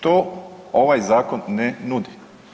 To ovaj zakon ne nudi.